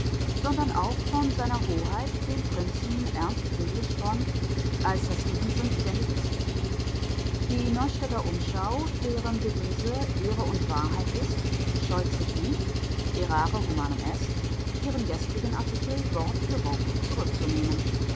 sondern auch von sr hoheit dem prinzen ernst friedrich von als herr stefenson identifiziert die neustädter umschau deren devise ehre und wahrheit ist scheut sich nicht errare humanum est ihren gestrigen artikel wort für wort zurückzunehmen